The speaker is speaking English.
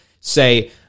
Say